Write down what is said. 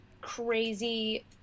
crazy